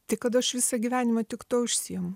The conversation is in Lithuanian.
tai kad aš visą gyvenimą tik tuo užsiimu